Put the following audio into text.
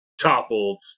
Toppled